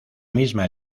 misma